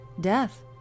death